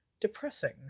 depressing